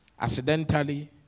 accidentally